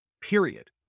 period